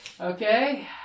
Okay